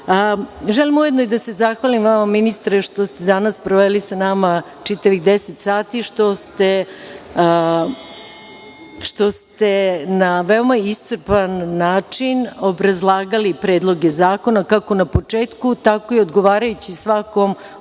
ujedno i da se zahvalim vama, ministre, što ste danas proveli sa nama čitavih 10 sati, što ste na veoma iscrpan način obrazlagali predloge zakona, kako na početku, tako i odgovarajući svakom